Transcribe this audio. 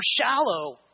shallow